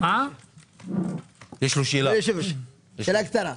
שאלה קצרה.